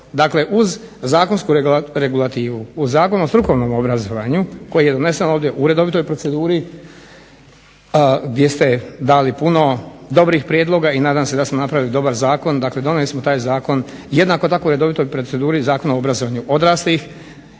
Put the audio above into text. uz zakonsku regulativu, uz Zakon o strukovnom obrazovanju koji je donesen ovdje u redovitoj proceduri gdje ste dali puno dobrih prijedloga i nadam se da smo napravili dobar zakon, dakle donijeli smo taj zakon jednako tako u redovitoj proceduri Zakon o obrazovanju odraslih